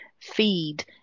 feed